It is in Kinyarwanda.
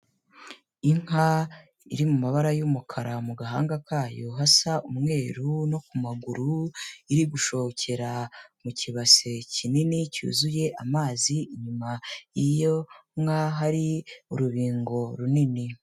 Inka iri mu mabara y'umukara, mu gahanga kayo hasa umweru no ku maguru, iri gushokera mu kibase kinini cyuzuye amazi, inyuma y'iyo nka hari urubingo runini.